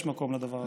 יש מקום לדבר הזה.